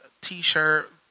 t-shirt